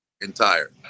Entire